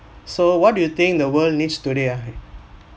so what do you think the world needs today ah